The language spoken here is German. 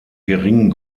geringen